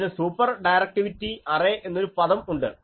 അതിന് super directive array എന്നൊരു പദം ഉണ്ട്